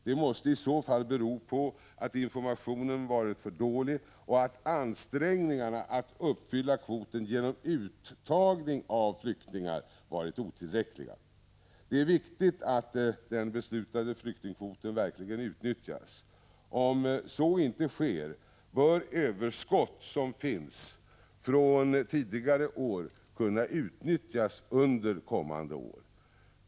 Det måste i så fall bero på att informationen varit för dålig och att ansträngningarna att uppfylla kvoten genom uttagning av flyktingar varit otillräckliga. Det är viktigt att den beslutade flyktingkvoten verkligen utnyttjas. Om så inte sker, bör överskott som finns från tidigare år kunna utnyttjas under kommande år.